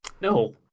No